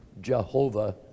Jehovah